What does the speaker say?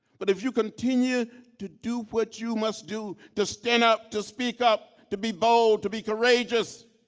but if you continue to do what you must do, to stand up, to speak up, to be bold, to be courageous,